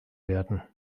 werden